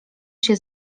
się